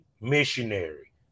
missionary